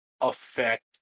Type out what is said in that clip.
affect